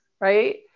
right